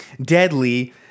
deadly